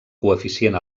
coeficient